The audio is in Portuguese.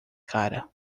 cara